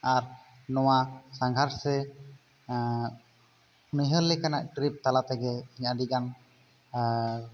ᱟᱨ ᱱᱚᱭᱟ ᱥᱟᱸᱜᱷᱟᱨ ᱥᱮ ᱱᱟᱹᱭᱦᱟᱹᱨ ᱞᱮᱠᱟᱱᱟᱜ ᱴᱨᱤᱯ ᱛᱟᱞᱟ ᱛᱮᱜᱮ ᱟᱹᱰᱤᱜᱟᱱ ᱟᱨ